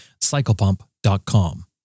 CyclePump.com